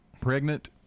pregnant